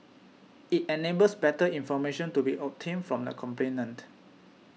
it enables better information to be obtained from the complainant